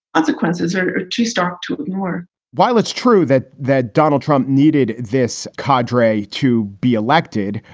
consequences are too stark to ignore while it's true that that donald trump needed this cordray to be elected,